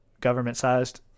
government-sized